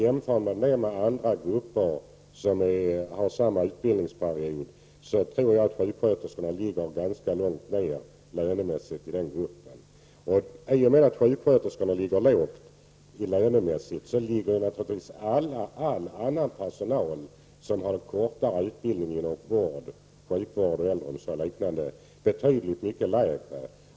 Jämför man det med andra grupper som har lika lång utbildning, tror jag att sjuksköterskorna ligger ganska långt ner i den gruppen lönemässigt. I och med att sjuksköterskorna ligger lågt lönemässigt, ligger naturligtvis all annan personal som har kortare utbildning inom sjukvård, äldreomsorg och liknande betydligt mycket lägre.